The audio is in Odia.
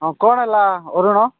ହଁ କ'ଣ ହେଲା ଅରୁଣ